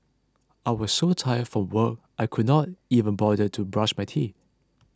I was so tired from work I could not even bother to brush my teeth